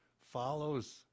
follows